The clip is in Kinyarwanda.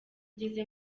ngeze